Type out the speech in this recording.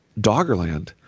Doggerland